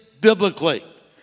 biblically